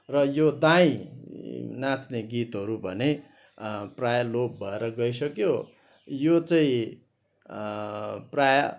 र यो दाईँ नाँच्ने गीतहरू भने प्रायः लोप भएर गइसक्यो यो चाहिँ प्रायः